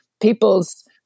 people's